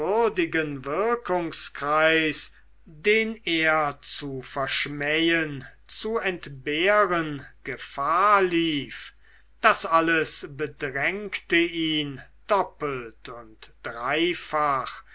wirkungskreis den er zu verschmähen zu entbehren gefahr lief das alles bedrängte ihn doppelt und dreifach